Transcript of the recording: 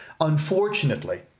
unfortunately